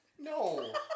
No